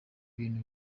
bintu